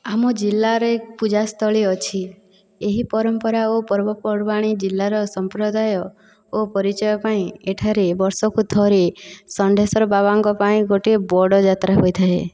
ଆମ ଜିଲ୍ଲାରେ ପୂଜାସ୍ଥଳୀ ଅଛି ଏହି ପରମ୍ପରା ଓ ପର୍ବପର୍ବାଣୀ ଜିଲ୍ଲାର ସମ୍ପ୍ରଦାୟ ଓ ପରିଚୟ ପାଇଁ ଏଠାରେ ବର୍ଷକୁ ଥରେ ଷଣ୍ଢେଶ୍ୱର ବାବାଙ୍କ ପାଇଁ ଗୋଟିଏ ବଡ଼ ଯାତ୍ରା ହୋଇଥାଏ